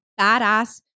badass